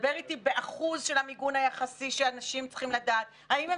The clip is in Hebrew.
דבר איתי באחוז של המיגון היחסי שאנשים צריכים לדעת - האם הם